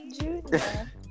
Junior